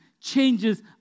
changes